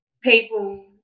people